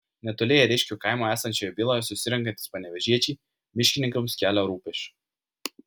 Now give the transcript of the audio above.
netoli ėriškių kaimo esančioje viloje susirenkantys panevėžiečiai miškininkams kelia rūpesčių